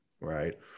right